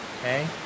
okay